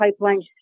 pipelines